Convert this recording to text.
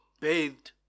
Bathed